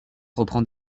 reprend